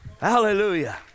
Hallelujah